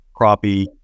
crappie